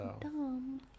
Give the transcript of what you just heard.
dumb